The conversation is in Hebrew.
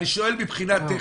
אני שואל מבחינה טכנית.